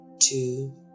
two